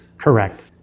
Correct